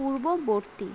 পূর্ববর্তী